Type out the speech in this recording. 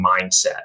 mindset